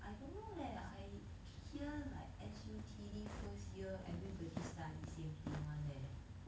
I don't know leh I hear like S_U_T_D first year everybody study same thing one leh